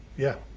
yeah.